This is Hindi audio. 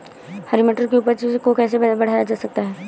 हरी मटर की उपज को कैसे बढ़ाया जा सकता है?